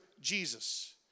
Jesus